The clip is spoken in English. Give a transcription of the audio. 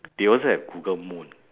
they also have google moon